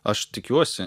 aš tikiuosi